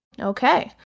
Okay